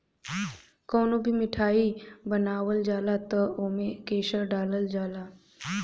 कवनो भी मिठाई बनावल जाला तअ ओमे केसर डालल जाला